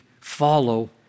follow